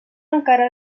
encara